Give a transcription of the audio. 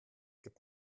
gibt